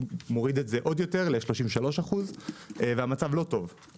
שמוריד את זה עוד יותר ל-33% והמצב לא טוב.